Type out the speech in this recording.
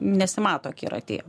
nesimato akiratyje